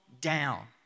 down